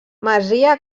masia